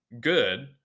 good